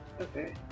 okay